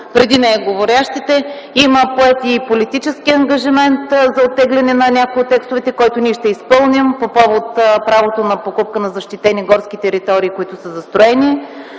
преди нея. Има поет и политически ангажимент за оттегляне на някои от текстовете, който ние ще изпълним – по повод правото на покупка на защитени горски територии, които са застроени.